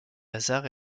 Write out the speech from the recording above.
hasard